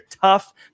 tough